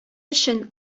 өчен